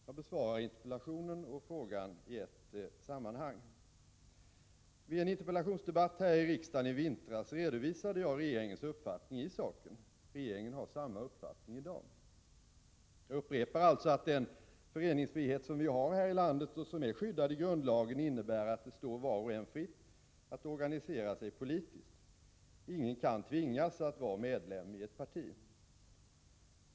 Jag besvarar interpellationen och frågan i ett sammanhang. Vid en interpellationsdebatt här i riksdagen i vintras redovisade jag regeringens uppfattning i saken. Regeringen har samma uppfattning i dag. Jag upprepar alltså att den föreningsfrihet som vi har här i landet och som är skyddad i grundlagen innebär att det står var och en fritt att organisera sig politiskt. Ingen kan tvingas att vara medlem i ett parti.